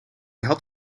had